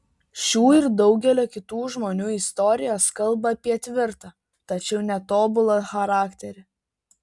šių ir daugelio kitų žmonių istorijos kalba apie tvirtą tačiau netobulą charakterį